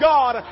God